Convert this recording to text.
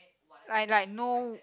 I like know